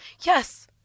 Yes